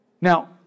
Now